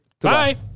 Bye